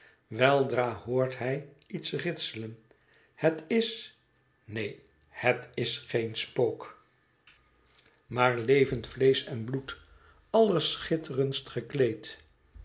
weldra hoort hij iets ritselen het is neen het is geen spook maar levend vleesch en bloed allerschitterendst gekleed